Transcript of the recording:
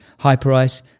Hyperice